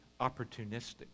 opportunistic